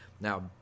Now